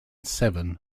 severn